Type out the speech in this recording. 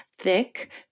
thick